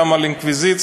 גם על האינקוויזיציה,